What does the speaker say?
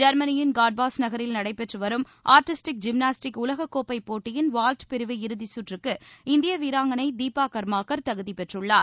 ஜெர்மனியின் காட்பாஸ் நகரில் நடைபெற்றுவரும் ஆர்டிஸ்டிக் ஜிம்னாஸ்டிக் உலக கோப்பை போட்டியின் வால்ட் பிரிவு இறுதி சுற்றுக்கு இந்திய வீராங்களை தீபா கர்மாக்கர் தகுதிப்பெற்றுள்ளார்